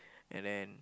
and then